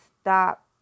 stop